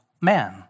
man